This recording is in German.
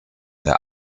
der